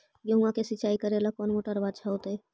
गेहुआ के सिंचाई करेला कौन मोटरबा अच्छा होतई?